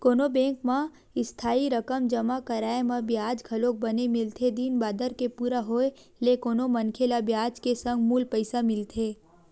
कोनो बेंक म इस्थाई रकम जमा कराय म बियाज घलोक बने मिलथे दिन बादर के पूरा होय ले कोनो मनखे ल बियाज के संग मूल पइसा मिलथे